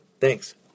Thanks